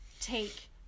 take